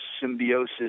symbiosis